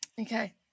Okay